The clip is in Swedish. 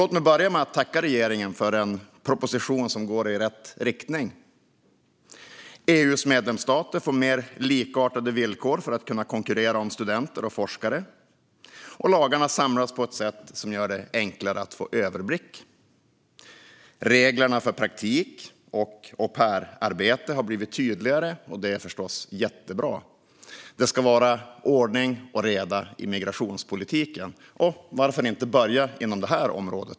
Låt mig börja med att tacka regeringen för en proposition som går i rätt riktning. EU:s medlemsstater får mer likartade villkor för att kunna konkurrera om studenter och forskare, och lagarna samlas på ett sätt som gör det enklare att få överblick. Reglerna för praktik och au pair-arbete har blivit tydligare, och det är förstås jättebra. Det ska vara ordning och reda i migrationspolitiken, och varför inte börja inom detta område?